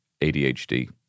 ADHD